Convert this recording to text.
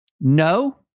no